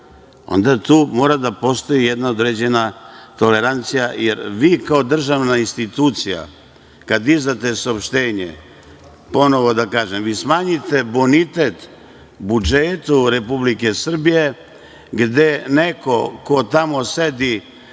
onda tu mora da postoji jedna određena tolerancija, jer vi kao državna institucija kada izdate saopštenje, ponovo da kažem, vi smanjite bonitet budžetu Republike Srbije gde neko ko tamo sedi